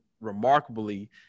remarkably